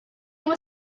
were